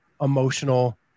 emotional